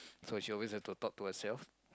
so she always have to talk to herself